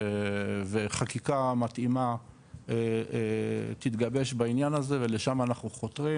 וחקיקה מתאימה תתגבש בעניין הזה ולשמה אנחנו חותרים,